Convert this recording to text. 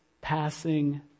passing